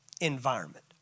environment